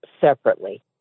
separately